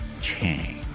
Chang